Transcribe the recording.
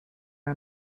are